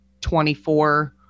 24